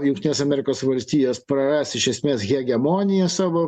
jungtinės amerikos valstijos praras iš esmės hegemoniją savo